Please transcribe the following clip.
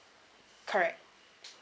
correct